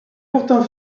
pourtant